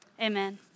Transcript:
amen